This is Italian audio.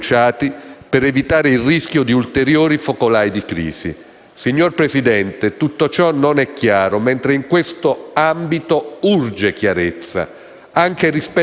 Senza credito non si può nemmeno parlare di ripresa e noi non possiamo pagare questo prezzo per coprire malefatte e comportamenti di dubbia legalità.